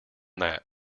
that